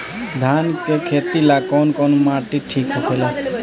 धान के खेती ला कौन माटी ठीक होखेला?